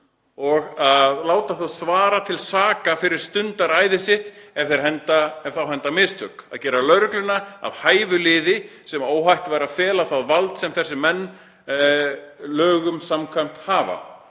að láta þá svara til saka fyrir stundaræði sitt ef þá henda mistök, að gera lögregluna að hæfu liði sem óhætt væri að fela það vald sem þessir menn lögum samkvæmt hafa.